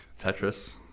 Tetris